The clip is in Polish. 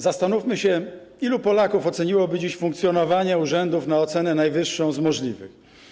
Zastanówmy się, ilu Polaków oceniłoby dziś funkcjonowanie urzędów na ocenę najwyższą z możliwych.